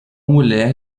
mulher